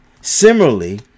Similarly